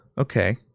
Okay